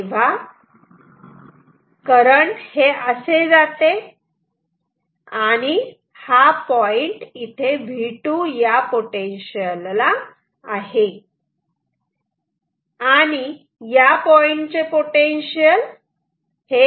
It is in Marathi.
तेव्हा करंट हे असे जाते आणि हा पॉईंट V2 पोटेन्शियल ला आहे आणि या पॉइंटचे पोटेन्शिअल आहे